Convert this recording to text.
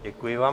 Děkuji vám.